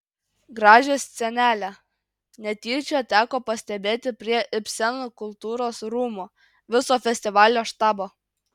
gražią scenelę netyčia teko pastebėti prie ibseno kultūros rūmų viso festivalio štabo